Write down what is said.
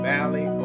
Valley